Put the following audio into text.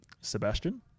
Sebastian